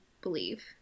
believe